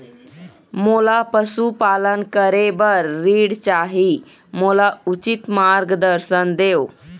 मोला पशुपालन करे बर ऋण चाही, मोला उचित मार्गदर्शन देव?